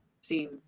seen